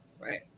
Right